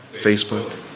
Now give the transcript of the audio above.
Facebook